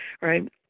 right